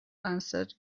answered